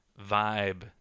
vibe